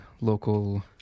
local